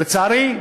ולצערי,